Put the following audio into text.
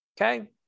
okay